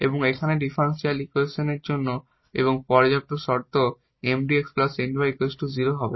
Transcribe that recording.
এবং এখানে ডিফারেনশিয়াল ইকুয়েশনের জন্য প্রয়োজনীয় এবং পর্যাপ্ত শর্ত Mdx Ndy 0 হবে